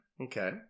Okay